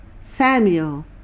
Samuel